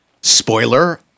Spoiler